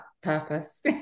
purpose